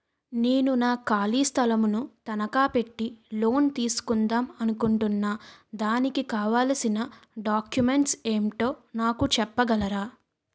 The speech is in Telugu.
నేను నా ఖాళీ స్థలం ను తనకా పెట్టి లోన్ తీసుకుందాం అనుకుంటున్నా దానికి కావాల్సిన డాక్యుమెంట్స్ ఏంటో నాకు చెప్పగలరా?